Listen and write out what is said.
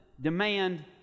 demand